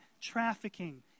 trafficking